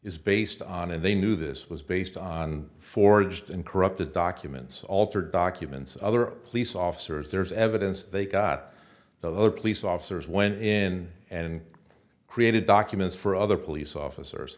is based on and they knew this was based on forged and corrupt the documents altered documents other police officers there's evidence they got the other police officers went in and created documents for other police officers